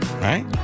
right